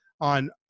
on